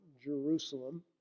Jerusalem